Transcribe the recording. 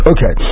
Okay